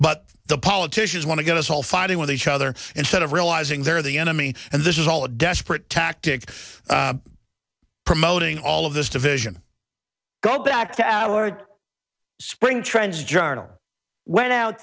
but the politicians want to get us all fighting with each other instead of realizing they're the enemy and this is all a desperate tactic promoting all of this division go back to our spring trends journal went out